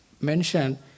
mentioned